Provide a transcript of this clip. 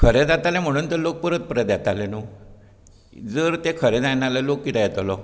खरें जातालें म्हुणून तर लोक परत परत येताले नू जर तें खरें जायना आसलें जाल्यार लोक कित्याक येतलो